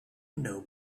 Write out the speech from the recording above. know